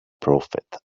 prophet